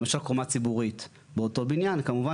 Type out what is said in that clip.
למשל קומה ציבורית באותו בניין ,כמובן